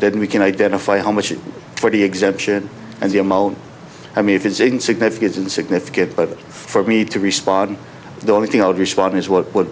then we can identify how much for the exemption and the amount i mean if it's even significant significant but for me to respond the only thing i would respond is what w